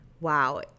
Wow